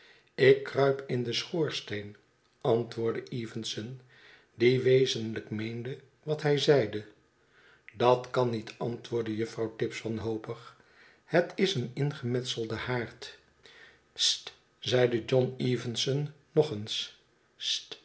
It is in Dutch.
ik kruip in den schoorsteen antwoordde evenson die wezenlijk meende wat hij zeide dat kan niet antwoordde juffrouw tibbs wanhopig het is een ingemetselde haard sst zeide john evenson nog eens